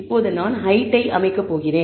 இப்போது நான் ஹெயிட் ஐ அமைக்கப் போகிறேன்